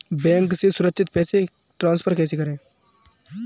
Bank से सुरक्षित पैसे ट्रांसफर कैसे करें?